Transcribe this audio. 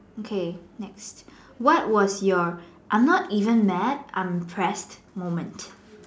okay next what was your I'm not even mad I'm pressed moment